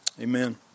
Amen